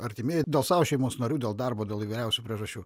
artimieji dėl savo šeimos narių dėl darbo dėl įvairiausių priežasčių